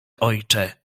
ojcze